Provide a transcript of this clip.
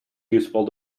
useful